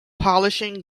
polishing